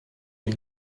lui